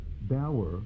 Bauer